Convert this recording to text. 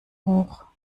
hoch